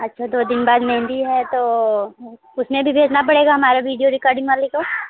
अच्छा दो दिन बाद मेहेंदी है तो उसमें भी भेजना पड़ेगा हमारे वीडियो रिकाडिंग वाले को